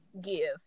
give